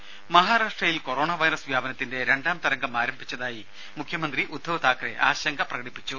രുദ മഹാരാഷ്ട്രയിൽ corona virus വ്യാപനത്തിന്റെ രണ്ടാം തരംഗം ആരംഭിച്ചതായി മുഖ്യമന്ത്രി ഉദ്ധവ് താക്കറെ ആശങ്ക പ്രകടിപ്പിച്ചു